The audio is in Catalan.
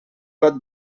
got